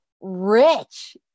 rich